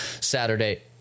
saturday